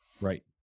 Right